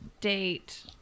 date